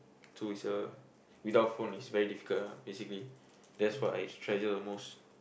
so is uh without phone is very difficult ah basically that's what I treasure the most